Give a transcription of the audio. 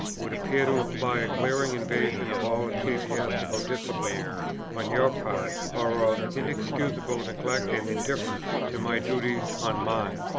would appear to imply a glaring invasion of all ecclesiastical discipline on your part, or of inexcusable neglect and indifference to my duties on mine.